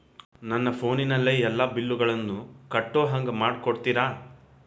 ನನ್ನ ಫೋನಿನಲ್ಲೇ ಎಲ್ಲಾ ಬಿಲ್ಲುಗಳನ್ನೂ ಕಟ್ಟೋ ಹಂಗ ಮಾಡಿಕೊಡ್ತೇರಾ?